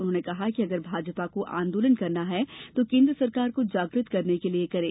उन्होंने कहा कि अगर भाजपा को आंदोलन करना है तो केन्द्र सरकार को जाग्रत करने के लिए करें